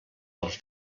dels